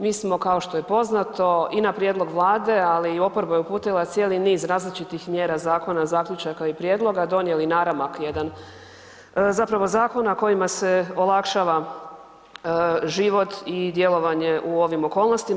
Mi smo kao što je poznato i na prijedlog Vlade, ali i oporba je uputila cijeli niz različitih mjera zakona, zaključaka i prijedloga, donijeli naramak jedna zapravo zakona kojima se olakšava život i djelovanje u ovim okolnostima.